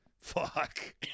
Fuck